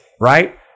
right